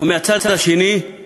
ומהצד השני יש